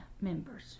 members